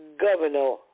Governor